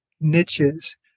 niches